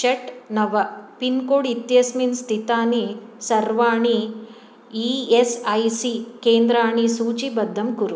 षट् नव pin code इत्यस्मिन् स्थितानि सर्वाणि ई एस् ऐ सी केन्द्राणि सूचीबद्धं कुरु